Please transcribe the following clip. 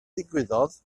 ddigwyddodd